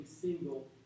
single